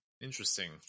Interesting